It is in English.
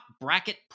bracket